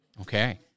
Okay